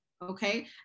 Okay